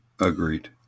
agreed